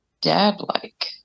dad-like